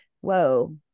whoa